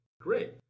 Great